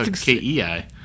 K-E-I